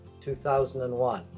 2001